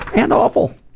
and awful.